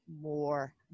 more